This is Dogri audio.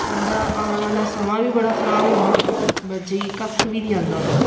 उं'दा औन आह्ला समां बी बड़ा खराब होना बच्चें गी कक्ख बी नेईं औंदा होंदा